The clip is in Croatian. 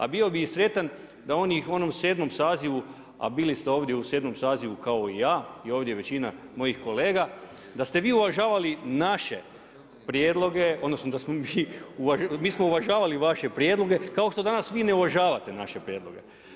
A bio bi i sretan da u onom 7. sazivu a bili ste ovdje u 7. sazivu kao i ja, i ovdje većina mojih kolega, da ste vi uvažavali naše prijedloge, odnosno mi smo uvažavali vaše prijedloge, kao što vi danas ne uvažavate naše prijedloge.